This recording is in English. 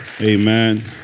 Amen